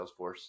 Salesforce